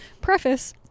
preface